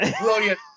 Brilliant